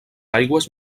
aigües